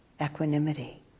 equanimity